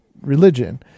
religion